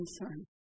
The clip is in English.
concern